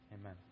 Amen